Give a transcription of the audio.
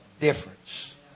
difference